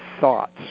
thoughts